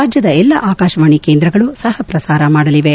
ರಾಜ್ಯದ ಎಲ್ಲಾ ಆಕಾಶವಾಣಿ ಕೇಂದ್ರಗಳು ಸಹ ಪ್ರಸಾರ ಮಾಡಲಿವೆ